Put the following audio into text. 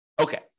Okay